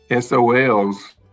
SOLs